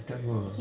I tell you ah